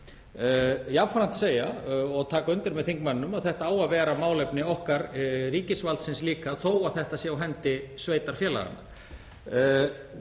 jafnframt segja, og taka undir með þingmanninum, að þetta á að vera málefni okkar ríkisvaldsins líka þó að þetta sé á hendi sveitarfélaganna.